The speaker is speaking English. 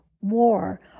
war